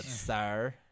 sir